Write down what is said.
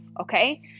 okay